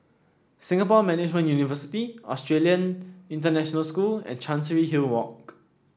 Singapore Management University Australian International School and Chancery Hill Walk